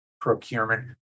procurement